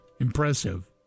impressive